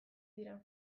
dira